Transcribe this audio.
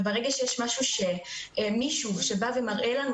וברגע שיש משהו שמישהו בא ומראה לנו